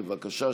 בבקשה.